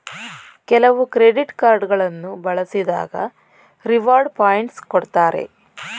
ಕೆಲವು credit card ಗಳನ್ನು ಬಳಸಿದಾಗ ರಿವಾರ್ಡ್ ಪಾಯಿಂಟ್ಸ್ ಕೊಡ್ತಾರೆ